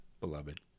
beloved